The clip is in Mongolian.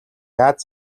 яаж